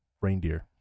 reindeer